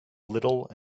little